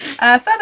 further